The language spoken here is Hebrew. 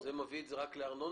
זה מביא את ההגדרה רק לארנונה?